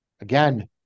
Again